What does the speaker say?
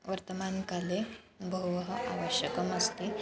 वर्तमानकाले बहवः आवश्यकमस्ति